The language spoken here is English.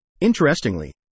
Interestingly